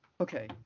Okay